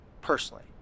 personally